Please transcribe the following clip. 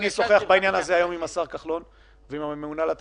אשוחח בעניין הזה היום עם השר כחלון ועם הממונה על התקציבים.